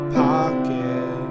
pocket